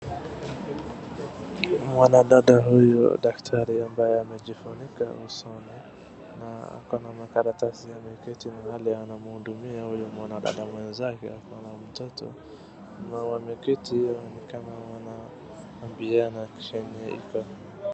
Mwanadada huyu daktari ambaye amejifunika usoni na ako na makaratasi ameketi mahali anamhudumia huyu mwanadada mwenzake ako na mtoto na wameketi ni kama wanaambiana chenye iko.